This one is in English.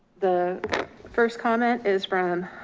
the first comment is from